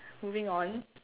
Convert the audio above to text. moving on